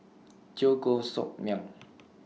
Teo Koh Sock Miang